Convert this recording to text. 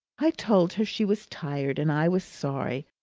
i told her she was tired, and i was sorry.